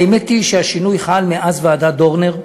האמת היא שהשינוי חל מאז ועדת דורנר,